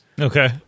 Okay